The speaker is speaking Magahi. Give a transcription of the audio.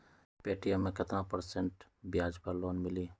पे.टी.एम मे केतना परसेंट ब्याज पर लोन मिली?